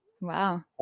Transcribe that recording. Wow